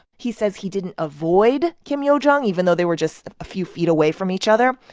he says he didn't avoid kim yo jong even though they were just a few feet away from each other,